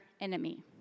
enemy